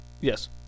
Yes